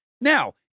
Now